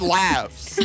laughs